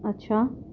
اچھا